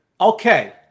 Okay